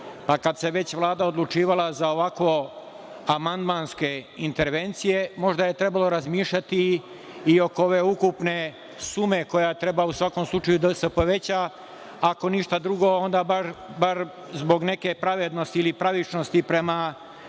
Kad se već Vlada odlučivanja za ovakve amandmanske intervencije, možda je trebalo razmišljati i oko ove ukupne sume koja treba u svakom slučaju da se poveća, ako ništa drugo bar zbog neke pravednosti ili pravičnosti prema